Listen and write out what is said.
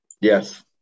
Yes